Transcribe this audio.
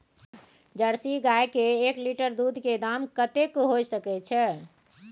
Jersey गाय के एक लीटर दूध के दाम कतेक होय सके छै?